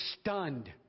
stunned